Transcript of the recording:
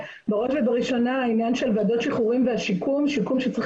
ובראש ובראשונה עניין של ועדות שחרורים והשיקום שצריך